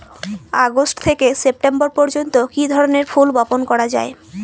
August থেকে September পর্যন্ত কি ধরনের ফুল বপন করা যায়?